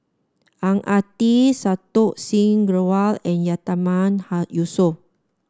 Ang Ah Tee Santokh Singh Grewal and Yatiman Yusof